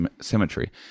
symmetry